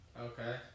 Okay